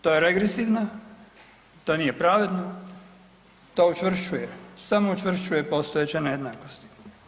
To je regresivna, to nije pravedno, to učvršćuje, samo učvršćuje postojeće nejednakosti.